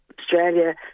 Australia